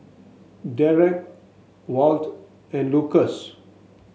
Dereck Walt and Lukas